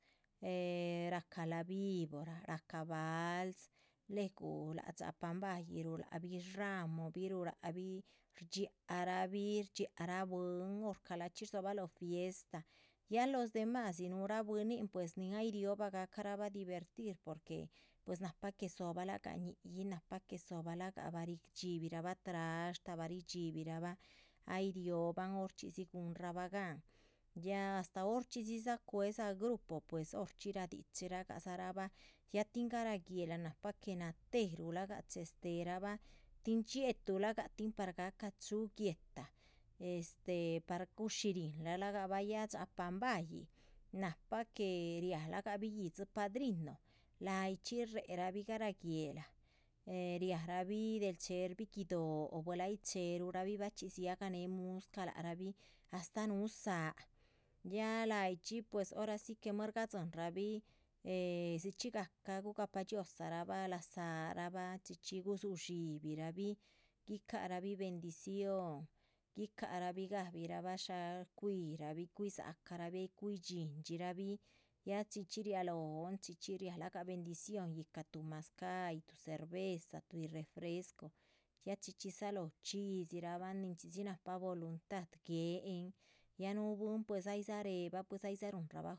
Ehh rahca a la víbora, rahca vals, luegu láha dxápan báyih ruláhabi shrámobih, ruláhabi rdxía rahbi, rdxíaraa bwín orca lahchxí rdzóhobalo fiesta, ya los demásdzi núhura bwínin ni ay riohba gahcarabah divertir porque pues nahpa que dzóhobalagah ñi´yih, nahpa que dzóhobalagah, lac rabah ridxíbilagah. trashta, ba ridxibirahbah ay rióhoban horchxí guhunrabah gan ya astáh horchxí dzidza cue´dza grupo horchxí radichidzagah ya tin garáh guéhla nahpa que. natéheruh lahga chéhesterabah tin dxiehetulagah par gahca chúhu guéhta este, par gushírihira lahgah bah, bay dxaapan báyih nahpa que rialagahbih. yíhdzi padrino láhayi chxí réherabih, garáh guéhelah, eh riarabih del chéherbih guido´, buel ay chéheruh rabih buel baychxí dziagah néhe muscah. lac rahbih astáh núhu záa ya láyichxi pues hora si que muer gadzíhinrabih eh dzichxí gahcah gugaoah dhxiózaarabah lac rahbah chxí chxí gudzú ndxíbirabih. guicáha rahbi bendición, guicáharabih gabihrabah shá cuirahbi cuíh dzácarahbi ay cuihi dxíndxirabih ya chxí chxí riá lóhon chxí chxí rialagah bendición yíhca. tuh mazcáhyi tuh cerveza tuhbi refrescun ya chxí chxí dzalóho chxídzi rabahan nichxídzi nahpa voluntad guéhen ya núhu bwín pues aydza réherabah pues aydza. ruhunrabah